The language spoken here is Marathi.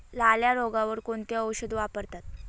लाल्या रोगावर कोणते औषध वापरतात?